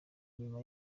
nyuma